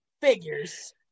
Figures